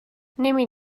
نمی